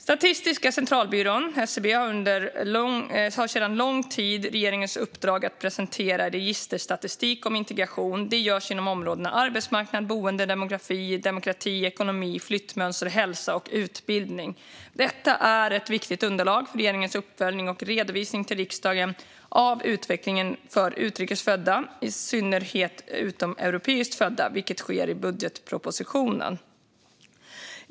Statistiska centralbyrån, SCB, har sedan lång tid regeringens uppdrag att presentera registerstatistik om integration. Det görs inom områdena arbetsmarknad, boende, demografi, demokrati, ekonomi, flyttmönster, hälsa och utbildning. Detta är ett viktigt underlag för regeringens uppföljning och redovisning till riksdagen av utvecklingen för utrikes födda, i synnerhet utomeuropeiskt födda, vilket sker i budgetpropositionen.